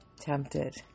tempted